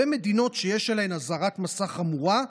ומדינות שיש עליהן אזהרת מסע חמורה,